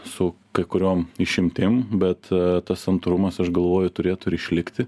su kai kuriom išimtim bet tas santūrumas aš galvoju turėtų ir išlikti